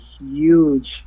huge